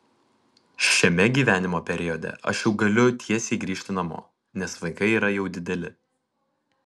šiame gyvenimo periode aš jau galiu tiesiai grįžt namo nes vaikai yra jau dideli